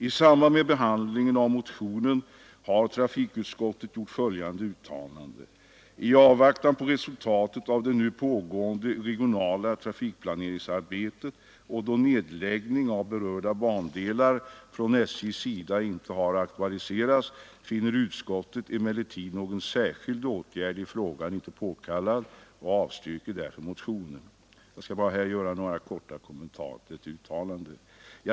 I samband med behandlingen av motionen har trafikutskottet gjort följande uttalande: ”I avvaktan på resultatet av det nu pågående regionala trafikplaneringsarbetet och då nedläggning av berörda bandelar från SJ:s sida inte har aktualiserats finner utskottet emellertid någon särskild åtgärd i frågan inte påkallad och avstyrker därför motionen.” Jag skall här bara göra några korta kommentarer till detta uttalande.